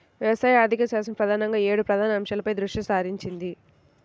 వ్యవసాయ ఆర్థికశాస్త్రం ప్రధానంగా ఏడు ప్రధాన అంశాలపై దృష్టి సారించింది